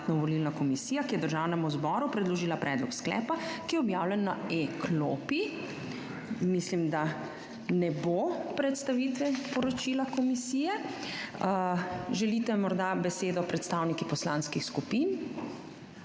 obravnavala Mandatno-volilna komisija, ki je Državnemu zboru predložila predlog sklepa, ki je objavljen na e-klopi. Mislim, da ne bo predstavitve poročila komisije. Želite morda besedo predstavniki poslanskih skupin?